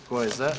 Tko je za?